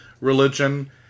religion